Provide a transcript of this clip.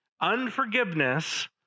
Unforgiveness